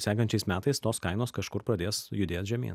sekančiais metais tos kainos kažkur pradės judėt žemyn